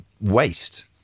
waste